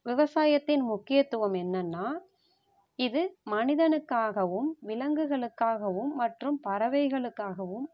விவசாயத்தின் முக்கியத்துவம் என்னென்னால் இது மனிதனுக்காகவும் விலங்குகளுக்காகவும் மற்றும் பறவைகளுக்காகவும்